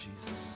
Jesus